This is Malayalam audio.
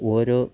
ഓരോ